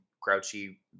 grouchy